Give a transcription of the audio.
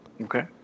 Okay